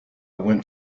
went